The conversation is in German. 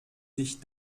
sich